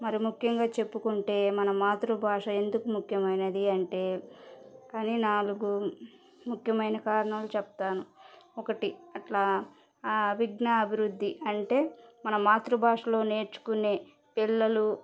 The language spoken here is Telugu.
మరి ముఖ్యంగా చెప్పుకుంటే మన మాతృభాష ఎందుకు ముఖ్యమైనది అంటే కానీ నాలుగు ముఖ్యమైన కారణాలు చెప్తాను ఒకటి అట్లా అభిజ్ఞా అభివృద్ధి అంటే మన మాతృభాషలో నేర్చుకునే పిల్లలు